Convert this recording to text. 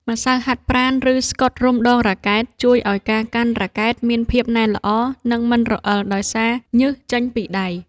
ម្សៅហាត់ប្រាណ ឬស្កុតរុំដងរ៉ាកែត ជួយឱ្យការកាន់រ៉ាកែតមានភាពណែនល្អ និងមិនរអិលដោយសារញើសចេញពីដៃ។